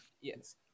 Yes